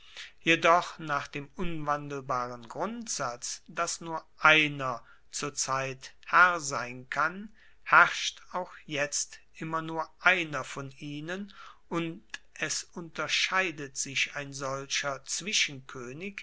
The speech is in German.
jedoch nach dem unwandelbaren grundsatz dass nur einer zur zeit herr sein kann herrscht auch jetzt immer nur einer von ihnen und es unterscheidet sich ein solcher